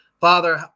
father